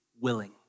willing